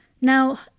Now